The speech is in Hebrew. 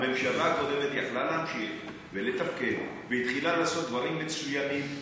הממשלה הקודמת יכלה להמשיך ולתפקד והתחילה לעשות דברים מצוינים,